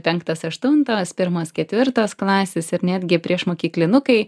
penktos aštuntos pirmos ketvirtos klasės ir netgi priešmokyklinukai